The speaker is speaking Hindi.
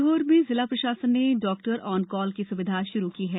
सीहोर में जिला प्रशासन ने डॉक्टर ऑन कॉल की सुविधा प्रारम्भ की है